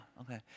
okay